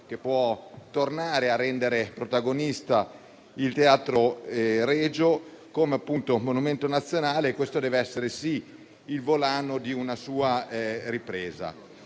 che può rendere di nuovo protagonista il Teatro Regio come monumento nazionale: questo deve essere il volano di una sua ripresa.